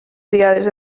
triades